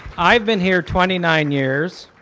i've been here twenty nine years,